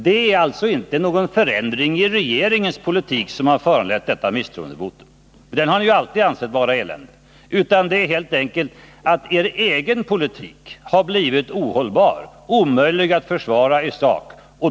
Det är alltså inte någon förändring i regeringens politik som har föranlett detta misstroendevotum, för den har ni ju alltid ansett vara eländig, utan det är helt enkelt att er egen politik har blivit ohållbar, omöjlig att försvara i sak.